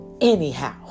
anyhow